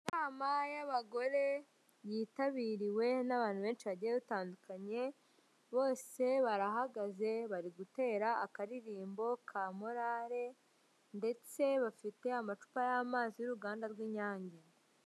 Inama y'abagore yitabiriwe n'abantu benshi bagiye batandukanye, bose barahagaze, bari gutera akaririmbo ka morale, ndetse bafite amacupa y'amazi y'uruganda rw'inyange.